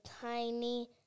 tiny